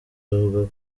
bavugaga